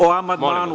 O amandmanu.